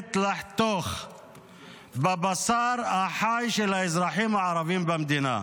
נהנית לחתוך בבשר החי של האזרחים הערבים במדינה.